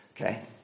Okay